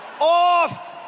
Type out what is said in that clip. Off